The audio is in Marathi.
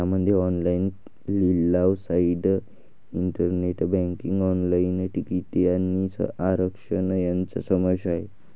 यामध्ये ऑनलाइन लिलाव साइट, इंटरनेट बँकिंग, ऑनलाइन तिकिटे आणि आरक्षण यांचा समावेश आहे